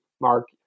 Mark